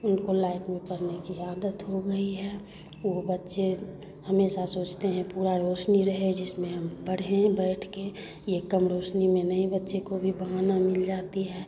उनको लाइट में पढ़ने की आदत हो गई है वो बच्चे हमेशा सोचते हैं पूरा रोशनी रहे जिसमें हम पढ़ें बैठ के ये कम रोशनी में नहीं बच्चे को भी बहाना मिल जाती है